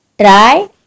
Try